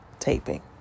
taping